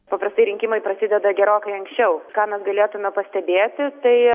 paprastai rinkimai prasideda gerokai anksčiau ką mes galėtume pastebėti tai